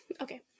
Okay